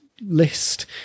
list